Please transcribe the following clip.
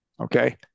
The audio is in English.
okay